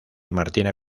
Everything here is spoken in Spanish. martina